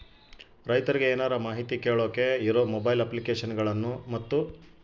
ರೈತರಿಗೆ ಏನರ ಮಾಹಿತಿ ಕೇಳೋಕೆ ಇರೋ ಮೊಬೈಲ್ ಅಪ್ಲಿಕೇಶನ್ ಗಳನ್ನು ಮತ್ತು?